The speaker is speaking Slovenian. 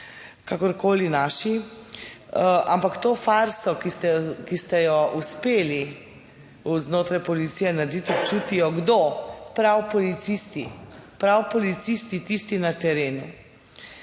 kakorkoli naši, ampak to farso, ki ste jo uspeli znotraj policije narediti, občutijo kdo, prav policisti, prav policisti, tisti na terenu.